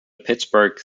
pittsburgh